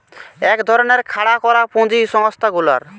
এক ধরণের খাড়া করা পুঁজি সংস্থা গুলার